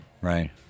right